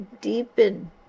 deepen